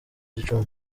gicumbi